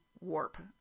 warp